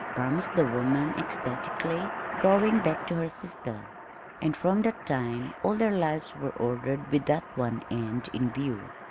promised the woman ecstatically, going back to her sister and from that time all their lives were ordered with that one end in view.